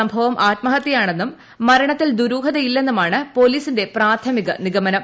സംഭവം ആത്മഹത്യയാണെന്നും മരണത്തിൽ ദുരൂഹതയില്ലെന്നുമാണ് പോലീസിന്റെ പ്രാഥമിക നിഗമനം